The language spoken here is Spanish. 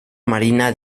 marina